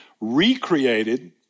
Recreated